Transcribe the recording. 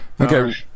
Okay